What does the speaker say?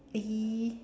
eh